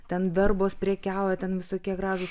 ten verbos prekiauja ten visokie gražūs